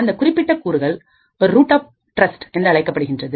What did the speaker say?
அந்தக் குறிப்பிட்ட கூறுகள் ரூட் ஆப் டிரஸ்ட் என்றழைக்கப்படுகின்றது